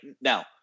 now